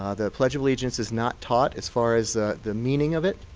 ah the pledge of allegiance is not taught, as far as the meaning of it.